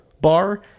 bar